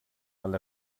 alle